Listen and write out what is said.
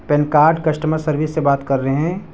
پن card customer service سے بات کر رہے ہیں